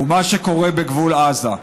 הוא מה שקורה בגבול עזה.